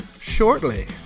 shortly